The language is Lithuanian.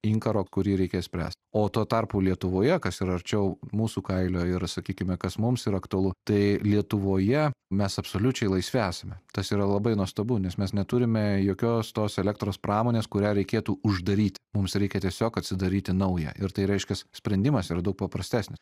inkaro kurį reikia išspręst o tuo tarpu lietuvoje kas yra arčiau mūsų kailio ir sakykime kas mums yra aktualu tai lietuvoje mes absoliučiai laisvi esame tas yra labai nuostabu nes mes neturime jokios tos elektros pramonės kurią reikėtų uždaryt mums reikia tiesiog atsidaryti naują ir tai reiškias sprendimas yra daug paprastesnis